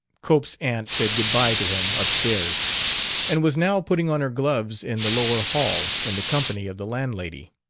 cope's aunt said good-bye to him up stairs and was now putting on her gloves in the lower hall, in the company of the landlady.